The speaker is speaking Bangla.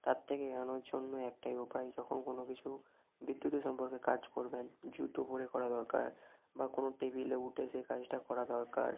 তার থেকে এড়ানোর জন্য একটাই উপায় যখন কোনো কিছু বিদ্যুতের সম্পর্কে কাজ করবেন জুতো পরে করা দরকার বা কোনো টেবিলে উঠে সেই কাজটা করা দরকার